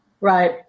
Right